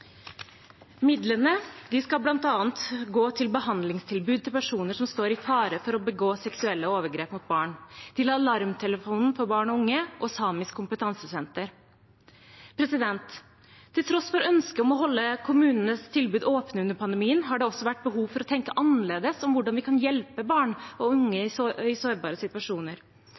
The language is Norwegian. skal bl.a. gå til behandlingstilbud til personer som står i fare for å begå seksuelle overgrep mot barn, til Alarmtelefonen for barn og unge og Samisk kompetansesenter. Til tross for ønsket om å holde kommunenes tilbud åpne under pandemien har det også vært behov for å tenke annerledes om hvordan vi kan hjelpe barn og unge i sårbare situasjoner.